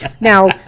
now